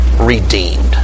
redeemed